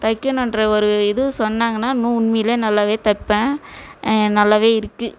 தைக்கணுன்ற ஒரு இது சொன்னாங்கன்னால் இன்னும் உண்மையில் நல்லாவே தைப்பேன் நல்லாவே இருக்குது